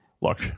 Look